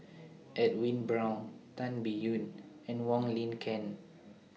Edwin Brown Tan Biyun and Wong Lin Ken